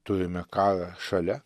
turime karą šalia